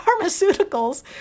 Pharmaceuticals